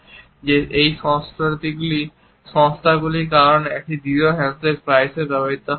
যে এই সংস্থাগুলির কারণে একটি দৃঢ় হ্যান্ডশেক প্রায়শই ব্যবহৃত হয়